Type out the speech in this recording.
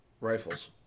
rifles